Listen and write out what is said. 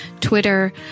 Twitter